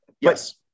Yes